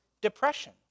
depression